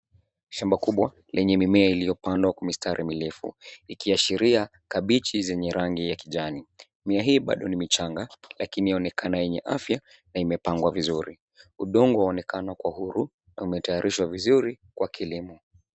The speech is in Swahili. Shamba kubwa lenye mimea iliyopandwa kwa mistari merefu ikiashiria kabichi zenye rangi ya kijani. Mimea hii bado ni michanga lakini yaonekana yenye afya na imepangwa vizuri. Udongo waonekana kuwa huru na umetayarishwa vizuri kwa kilimo.